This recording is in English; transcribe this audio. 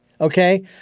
okay